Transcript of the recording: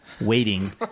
waiting